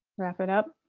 wrap it up.